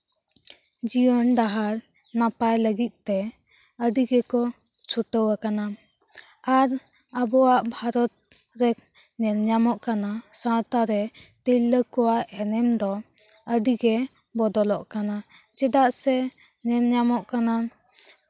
ᱡᱤᱭᱚᱱ ᱰᱟᱦᱟᱨ ᱱᱟᱯᱟᱭ ᱞᱟᱹᱜᱤᱫ ᱛᱮ ᱟᱹᱰᱤ ᱜᱮᱠᱚ ᱪᱷᱩᱴᱟᱹᱣ ᱟᱠᱟᱱᱟ ᱟᱨ ᱟᱵᱚᱣᱟᱜ ᱵᱷᱟᱨᱚᱛ ᱨᱮ ᱧᱮᱞ ᱧᱟᱢᱚᱜ ᱠᱟᱱᱟ ᱥᱟᱶᱛᱟᱨᱮ ᱛᱤᱨᱞᱟᱹ ᱠᱚᱣᱟᱜ ᱮᱱᱮᱢ ᱫᱚ ᱟᱹᱰᱤᱜᱮ ᱵᱚᱫᱚᱞᱚᱜ ᱠᱟᱱᱟ ᱪᱮᱫᱟᱜ ᱥᱮ ᱧᱮᱞ ᱧᱟᱢᱚᱜ ᱠᱟᱱᱟ